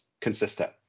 consistent